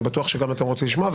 אני גם בטוח שאתם רוצים לשמוע,